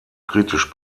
kritisch